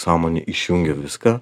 sąmonė išjungia viską